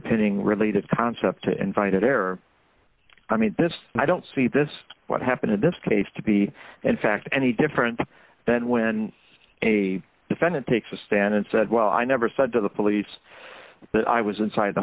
ning related concept to invite error i mean it's i don't see this what happened in this case to be in fact any different than when a defendant takes a stand and said well i never said to the police but i was inside the